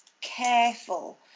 careful